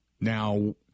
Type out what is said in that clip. Now